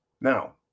Now